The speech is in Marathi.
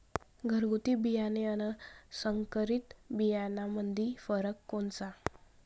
घरगुती बियाणे अन संकरीत बियाणामंदी फरक कोनचा?